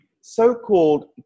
so-called